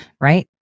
right